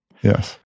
Yes